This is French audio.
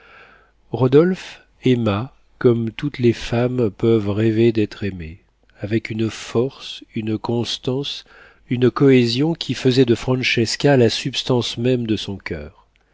rodolphe aima comme toutes les femmes peuvent rêver d'être aimées avec une force une constance une cohésion qui faisait de francesca la substance même de son coeur